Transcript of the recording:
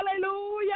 Hallelujah